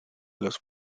los